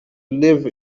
live